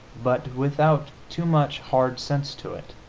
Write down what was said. but without too much hard sense to it.